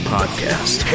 Podcast